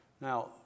Now